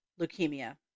leukemia